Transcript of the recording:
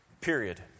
period